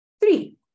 Three